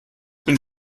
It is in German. bin